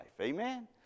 Amen